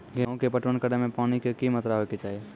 गेहूँ के पटवन करै मे पानी के कि मात्रा होय केचाही?